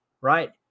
right